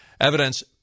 Evidence